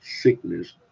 sickness